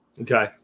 Okay